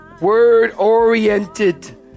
Word-oriented